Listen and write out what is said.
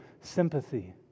sympathy